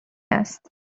است